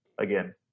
again